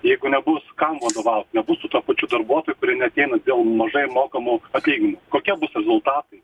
jeigu nebus kam vadovaut nebus su tuo pačiu darbuotoju kurie neateina dėl mažai mokamų atlyginimų kokie bus rezultatai